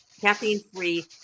caffeine-free